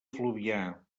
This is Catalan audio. fluvià